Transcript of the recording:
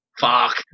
fuck